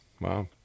Wow